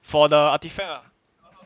for the artefact ah